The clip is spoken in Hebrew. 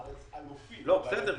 בארץ אלופים --- לא, בסדר.